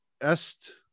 Est